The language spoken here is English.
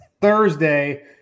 Thursday